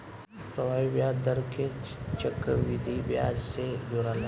प्रभावी ब्याज दर के चक्रविधि ब्याज से जोराला